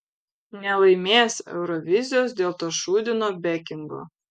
nelaimės eurovizijos dėl to šūdino bekingo